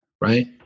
right